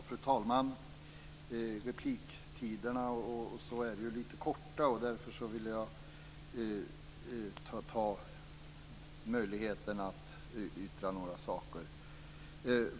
Fru talman! Repliktiderna är litet korta, så därför vill jag nu i ett anförande säga några saker.